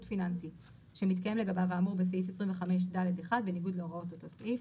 פיננסי שמתקיים לגביו האמור בסעיף 25(ד)(1) בניגוד להוראות אותו סעיף.